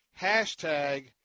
hashtag